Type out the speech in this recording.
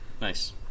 Nice